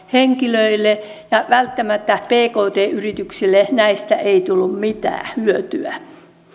henkilöille ja välttämättä pkt yrityksille näistä ei tullut mitään hyötyä